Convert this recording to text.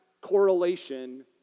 correlation